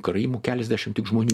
karaimų keliasdešimt tik žmonių